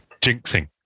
jinxing